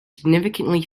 significantly